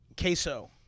queso